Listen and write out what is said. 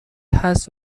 هست